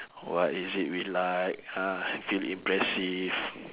what is it we like ah feel impressive